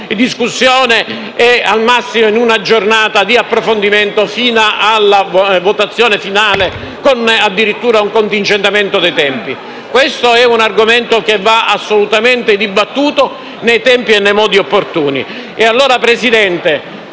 al massimo in una giornata di approfondimento fino alla votazione finale con addirittura il contingentamento dei tempi. È un tema che va assolutamente dibattuto nei tempi e nei modi opportuni.